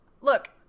Look